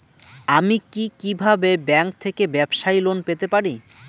আমি কি কিভাবে ব্যাংক থেকে ব্যবসায়ী লোন পেতে পারি?